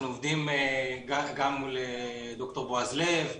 אנחנו עובדים גם מול ד"ר בועז לב,